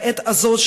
בעת הזו,